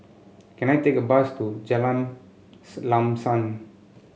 can I take a bus to Jalan Lam Sam